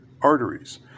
arteries